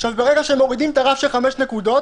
ברגע שמורידים את הרף של חמש נקודות,